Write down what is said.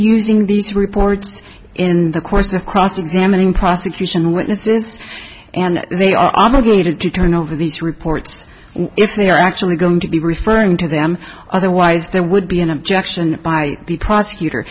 using these reports in the course of cross examining prosecution witnesses and they are obligated to turn over these reports if they are actually going to be referring to them otherwise there would be an objection by the prosecutor